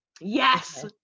Yes